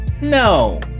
No